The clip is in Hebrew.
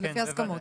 זה לפי הסכמות.